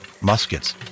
muskets